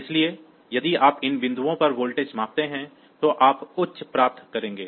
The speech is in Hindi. इसलिए यदि आप इन बिंदुओं पर वोल्टेज मापते हैं तो आप उच्च प्राप्त करेंगे